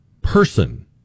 person